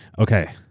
okay.